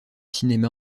cinéma